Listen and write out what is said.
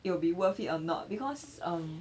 it'll be worth it or not because um